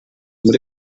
muri